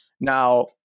Now